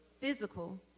physical